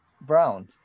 Brown